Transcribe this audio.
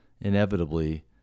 inevitably